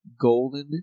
Golden